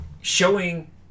showing